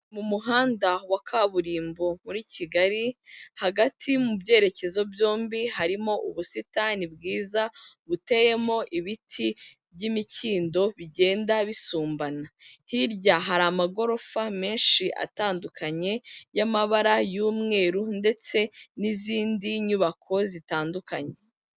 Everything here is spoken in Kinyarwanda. Mu muhanda wa kaburimbo muri Kigali, hagati mu byerekezo byombi, harimo ubusitani bwiza buteyemo ibiti by'imikindo bigenda bisumbana, hirya hari amagorofa menshi atandukanye y'amabara y'umweru ndetse n'izindi nyubako zitandukanye.